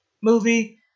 movie